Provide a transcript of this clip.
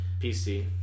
PC